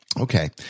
Okay